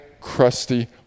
crusty